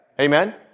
Amen